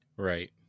Right